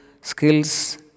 skills